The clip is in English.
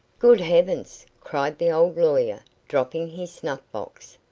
good heavens! cried the old lawyer, dropping his snuff-box.